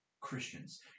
Christians